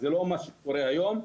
זה לא מה שקורה היום.